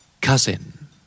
Cousin